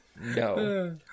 no